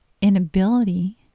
inability